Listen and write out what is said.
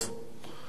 אני אקריא לכם: